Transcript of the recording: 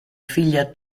figlia